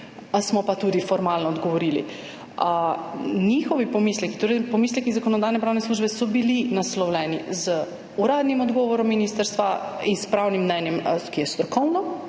smo pa tudi formalno odgovorili. Njihovi pomisleki, torej pomisleki Zakonodajno-pravne službe, so bili naslovljeni z uradnim odgovorom ministrstva in s pravnim mnenjem, ki je strokovno,